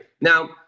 Now